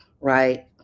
right